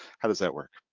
how does that work?